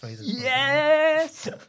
yes